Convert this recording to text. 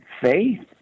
faith